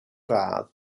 radd